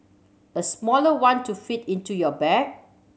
a smaller one to fit into your bag